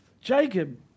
Jacob